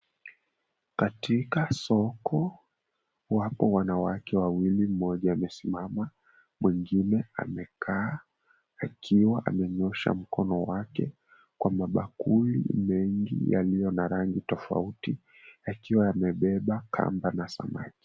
Katika soko, wapo wanawake wawili, mmoja amesimama mwengine amekaa akiwa amenyosha mkono wake kwa mabakuli mengi yaliyo na rangi tofauti, yakiwa yamebeba kamba na samaki.